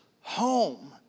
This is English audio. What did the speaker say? home